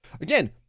again